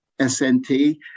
SNT